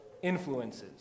influences